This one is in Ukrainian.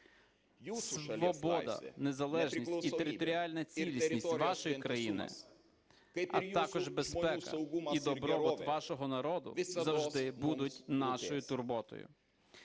Свобода, незалежність і територіальна цілісність вашої країни, а також безпека і добробут вашого народу завжди будуть нашою турботою.